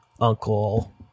uncle